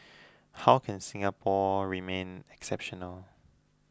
how can Singapore remain exceptional